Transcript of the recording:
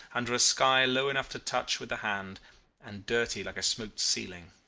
under a sky low enough to touch with the hand and dirty like a smoked ceiling.